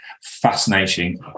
fascinating